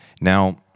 Now